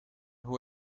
hoe